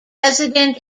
resident